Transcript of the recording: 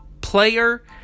player